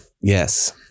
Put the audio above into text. Yes